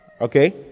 Okay